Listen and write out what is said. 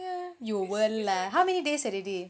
yeah you will lah how many days has it been